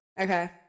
okay